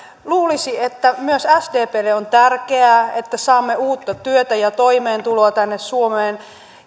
luulisi että myös sdplle on tärkeää että saamme uutta työtä ja toimeentuloa tänne suomeen